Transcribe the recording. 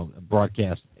broadcast